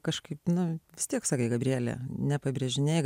kažkaip na vis tiek sakė gabrielė nepabrėžinėk